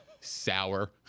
Sour